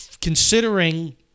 Considering